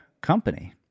company